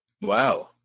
Wow